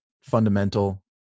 fundamental